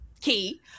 key